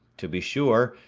to be sure,